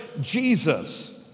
Jesus